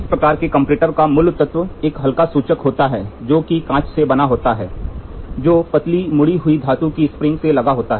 इस प्रकार के कंपैरेटर का मूल तत्व एक हल्का सूचक होता है जो कांच से बना होता है जो पतली मुड़ी हुई धातु की स्प्रिंग से लगा होता है